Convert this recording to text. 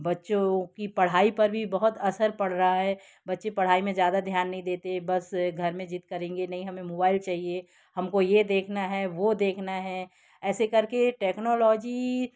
बच्चों की पढ़ाई पर भी बहुत असर पढ़ रहा है बच्चे पढ़ाई में ज़्यादा ध्यान नहीं देते बस घर में जिद करेंगे नहीं हमें मोबाईल चाहिए हमको ये देखना है वो देखना है ऐसे करके टेक्नोलॉजी